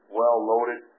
well-loaded